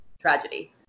Tragedy